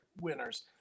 winners